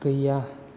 गैया